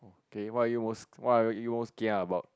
okay what are you most what are you most kia about